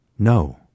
No